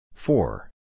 Four